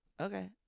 okay